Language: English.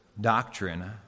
doctrine